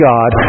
God